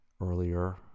Earlier